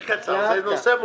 שר העבודה,